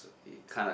kinda